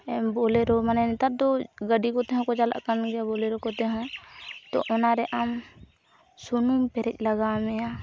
ᱵᱳᱞᱮᱨᱳ ᱢᱟᱱᱮ ᱱᱮᱛᱟᱨᱫᱚ ᱜᱟᱹᱰᱤ ᱠᱚᱛᱮ ᱦᱚᱸᱠᱚ ᱪᱟᱞᱟᱜᱠᱟᱱ ᱜᱮᱭᱟ ᱵᱳᱞᱮᱨᱳ ᱠᱚᱮ ᱦᱚᱸ ᱛᱚ ᱚᱱᱟᱨᱮ ᱟᱢ ᱥᱩᱱᱩᱢ ᱯᱮᱨᱮᱡ ᱞᱟᱜᱟᱣ ᱢᱮᱭᱟ